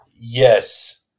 Yes